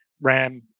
RAM